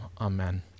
amen